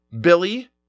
Billy